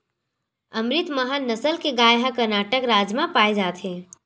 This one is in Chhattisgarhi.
अमरितमहल नसल के गाय ह करनाटक राज म पाए जाथे